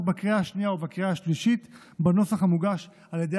בקריאה השנייה ובקריאה השלישית בנוסח המוגש על ידי